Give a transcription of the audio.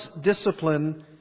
discipline